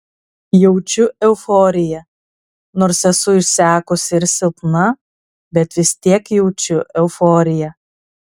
jaučiu euforiją nors esu išsekusi ir silpna bet vis tiek jaučiu euforiją